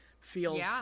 feels